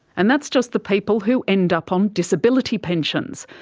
and that's just the people who end up on disability pensions.